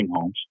homes